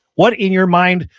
what, in your mind,